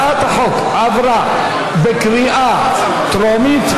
הצעת החוק עברה בקריאה טרומית,